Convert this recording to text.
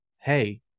hey